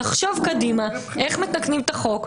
איך מתוך פוזיציה,